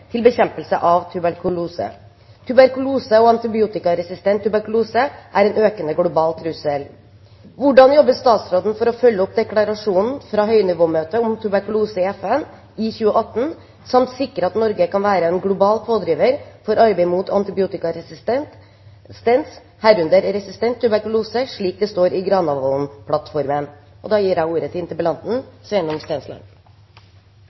til bekjempelse av tuberkulose. Både tuberkulose og resistent tuberkulose er en økende global trussel. Hvordan jobber statsråden for å følge opp deklarasjonen for høynivåmøtet om tuberkulose i FN i 2018, og hvordan sikrer utviklingsministeren at vi kan være en global pådriver for arbeidet mot antibiotikaresistens, som det står i